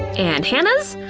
and hannah's?